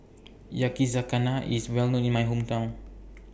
Yakizakana IS Well known in My Hometown